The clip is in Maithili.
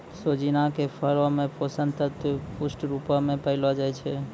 सोजिना के फरो मे पोषक तत्व पुष्ट रुपो मे पायलो जाय छै